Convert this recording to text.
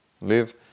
live